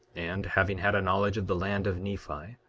and having had a knowledge of the land of nephi,